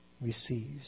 Receives